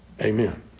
Amen